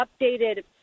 updated